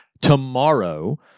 tomorrow